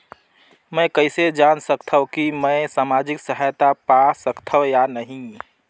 मै कइसे जान सकथव कि मैं समाजिक सहायता पा सकथव या नहीं?